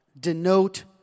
denote